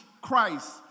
Christ